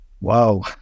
Wow